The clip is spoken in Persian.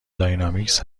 داینامیکس